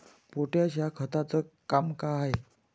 Potash या खताचं काम का हाय?